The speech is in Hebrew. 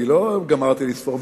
אני לא גמרתי לספור,